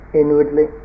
inwardly